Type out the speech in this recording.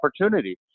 opportunity